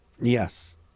Yes